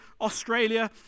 australia